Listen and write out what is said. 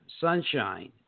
sunshine